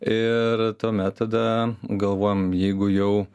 ir tuomet tada galvojom jeigu jau